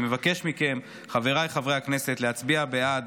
אני מבקש מכם, חבריי חברי הכנסת, להצביע בעד.